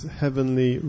heavenly